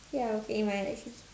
ya okay my license